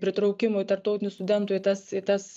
pritraukimui tarptautinių studentų į tas į tas